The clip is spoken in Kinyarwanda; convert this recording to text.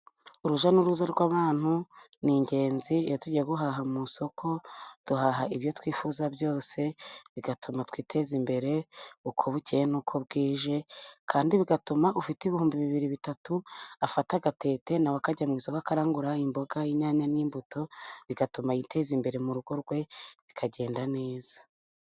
Urujya n'uruza rw'abantu ni ingenzi iyo tujyiye guhaha mu isoko duhaha ibyo twifuza byose bigatuma twiteza imbere uko bukeye n'uko bwije kandi bigatuma ufite ibihumbi bibiri bitatu afata agatete nawe akajya mu isoga akarangura imboga, inyanya n'imbuto bigatuma yiteza imbere mu rugo rwe bikagenda neza.